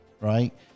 right